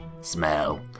smell